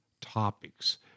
topics